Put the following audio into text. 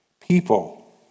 people